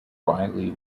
riley